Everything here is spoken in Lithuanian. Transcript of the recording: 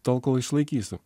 tol kol išlaikysiu